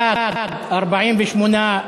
בעד, 48,